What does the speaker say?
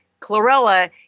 chlorella